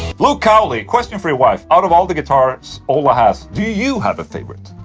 luke cowley question for your wife out of all the guitars ola has, do you have a favorite?